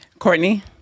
Courtney